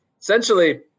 essentially